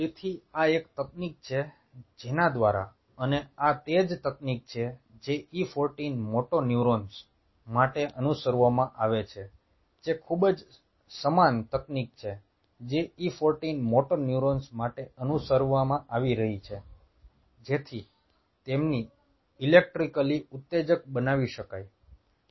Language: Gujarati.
તેથી આ એક તકનીક છે જેના દ્વારા અને આ તે જ તકનીક છે જે E 14 મોટર ન્યુરોન્સ માટે અનુસરવામાં આવે છે જે ખૂબ જ સમાન તકનીક છે જે E 14 મોટર ન્યુરોન માટે અનુસરવામાં આવી રહી છે જેથી તેમને ઇલેક્ટ્રિકલી ઉત્તેજક બનાવી શકાય